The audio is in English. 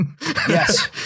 Yes